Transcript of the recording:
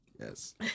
Yes